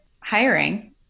hiring